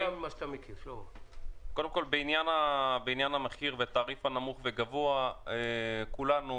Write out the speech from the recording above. קודם כול בעניין תעריף נמוך וגבוה כולנו